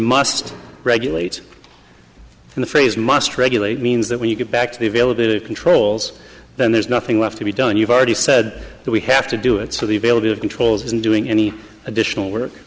must regulate the phrase must regulate means that when you get back to the availability of controls then there's nothing left to be done you've already said that we have to do it so the ability of controls isn't doing any additional work